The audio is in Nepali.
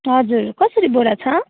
हजुर कसरी बोरा छ